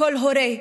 כל הורה,